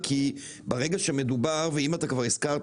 כשאנחנו הולכם להטיל פה חובות על יצרנים